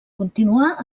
continuà